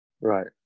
Right